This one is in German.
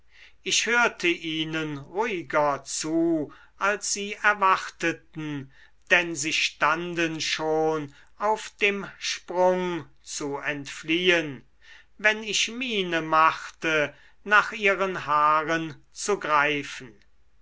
ich hörte ihnen ruhiger zu als sie erwarteten denn sie standen schon auf dem sprung zu entfliehen wenn ich miene machte nach ihren haaren zu greifen